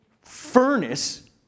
furnace